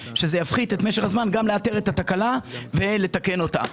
וזה יפחית את משך הזמן גם לאתר את התקלה וגם לתקן אותה.